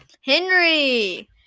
henry